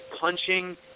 punching